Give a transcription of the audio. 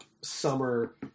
summer